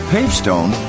Pavestone